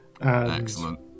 Excellent